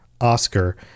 Oscar